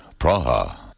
Praha